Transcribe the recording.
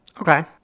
okay